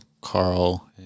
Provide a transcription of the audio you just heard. Carl